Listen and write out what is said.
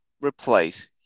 replace